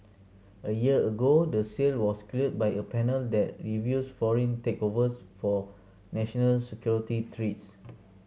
a year ago the sale was cleared by a panel that reviews foreign takeovers for national security threats